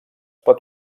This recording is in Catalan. pot